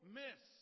miss